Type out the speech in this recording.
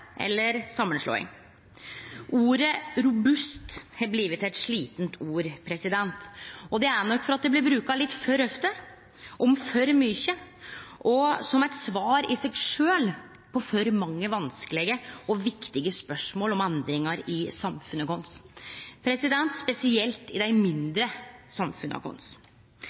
eller samanslåing. Ordet «robust» har blitt eit slite ord, og det er nok fordi det blir bruka litt for ofte om for mykje og som eit svar i seg sjølv på for mange vanskelege og viktige spørsmål om endringar i samfunnet vårt, spesielt i dei mindre samfunna våre.